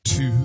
Two